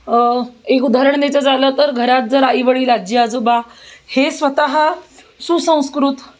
एक उदाहरण द्यायचं झालं तर घरात जर आईवडील आजी आजोबा हे स्वतः सुसंस्कृत